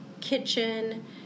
kitchen